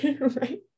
Right